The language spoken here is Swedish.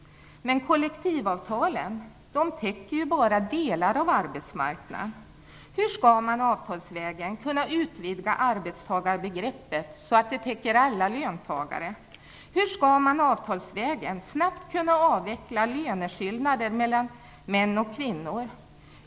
Men kollektivavtalen täcker bara delar av arbetsmarknaden. Hur skall man avtalsvägen kunna utvidga arbetstagarbegreppet så att det täcker in alla löntagare? Hur skall man avtalsvägen snabbt avveckla löneskillnader mellan män och kvinnor?